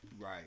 Right